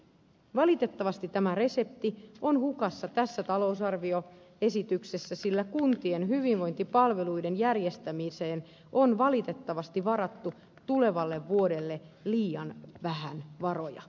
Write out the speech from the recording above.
valitettavasti tämä resepti on hukassa tässä talousarvioesityksessä sillä kuntien hyvinvointipalveluiden järjestämiseen on varattu tulevalle vuodelle liian vähän varoja